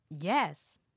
yes